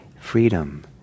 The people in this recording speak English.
freedom